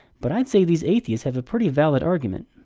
but i'd say these atheists have a pretty valid argument.